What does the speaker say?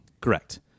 Correct